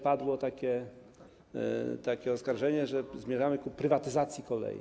Padło takie oskarżenie, że zmierzamy ku prywatyzacji kolei.